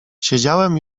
siedziałem